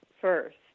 first